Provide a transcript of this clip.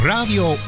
Radio